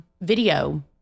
video